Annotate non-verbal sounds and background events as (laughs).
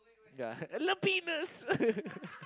ya Lapidas (laughs)